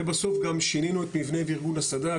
ובסוף גם שינינו את מבנה וארגון הסד"כ,